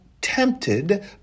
tempted